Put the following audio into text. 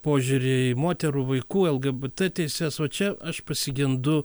požiūrį į moterų vaikų lgbt teises vo čia aš pasigendu